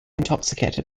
intoxicated